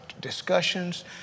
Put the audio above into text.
discussions